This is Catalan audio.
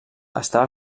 estava